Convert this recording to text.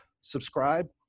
subscribe